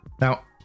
Now